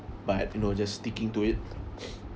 but you know just sticking to it